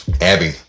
Abby